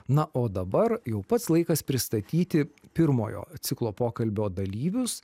na o dabar jau pats laikas pristatyti pirmojo ciklo pokalbio dalyvius